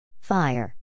Fire